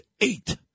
eight